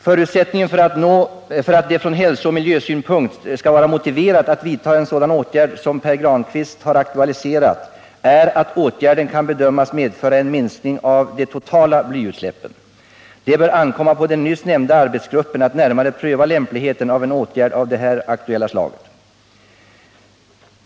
Förutsättningen för att det från hälsooch miljösynpunkt skall vara motiverat att vidta en sådan åtgärd som Pär Granstedt har aktualiserat är att åtgärden kan bedömas medföra en minskning av de totala blyutsläppen. Det bör ankomma på den nyss nämnda arbetsgruppen att närmare pröva lämpligheten av en åtgärd av här aktuellt slag.